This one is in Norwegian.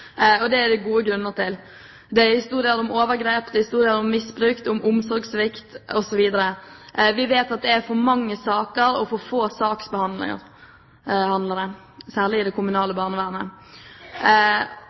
Det er det gode grunner til. Det er historier om overgrep, det er historier om misbruk og omsorgssvikt, osv. Vi vet at det er for mange saker og for få saksbehandlere, særlig i det